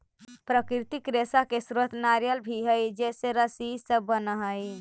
प्राकृतिक रेशा के स्रोत नारियल भी हई जेसे रस्सी इ सब बनऽ हई